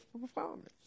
performance